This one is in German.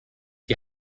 die